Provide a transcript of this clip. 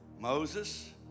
Moses